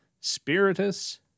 Spiritus